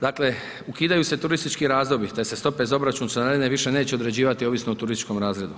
Dakle, ukidaju se turistički razredi te se stope za obračun članarine više neće određivati ovisno o turističkom razredu.